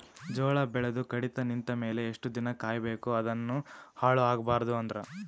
ಜೋಳ ಬೆಳೆದು ಕಡಿತ ನಿಂತ ಮೇಲೆ ಎಷ್ಟು ದಿನ ಕಾಯಿ ಬೇಕು ಅದನ್ನು ಹಾಳು ಆಗಬಾರದು ಅಂದ್ರ?